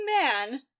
man